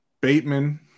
Bateman